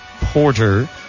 Porter